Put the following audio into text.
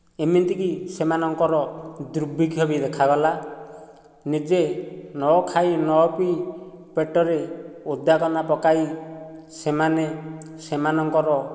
ଏମିତିକି ସେମାନଙ୍କର ଦୁର୍ଭିକ୍ଷ ବି ଦେଖାଗଲା ନିଜେ ନ ଖାଇ ନ ପିଇ ପେଟରେ ଓଦା କନା ପକାଇ ସେମାନେ ସେମାନଙ୍କର